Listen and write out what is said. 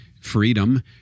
freedom